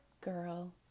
girl